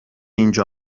اینجا